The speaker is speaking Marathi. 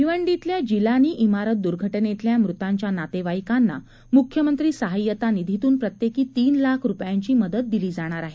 भिवंडीतल्या जिलानी शिरत दूर्घटनेतल्या मृतांच्या नातेवाईकांना मुख्यमंत्री सहाय्यता निधीतून प्रत्येकी तीन लाख रुपयांची मदत दिली जाणार आहे